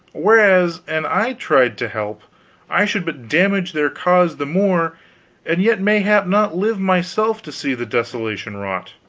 whereas an i tried to help i should but damage their cause the more and yet mayhap not live myself to see the desolation wrought.